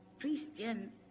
Christian